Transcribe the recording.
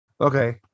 Okay